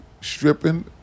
stripping